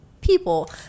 people